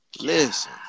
Listen